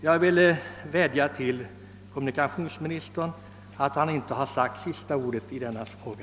Jag vill vädja till kommunikationsministern att han inte sagt sitt sista ord i denna fråga.